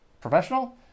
professional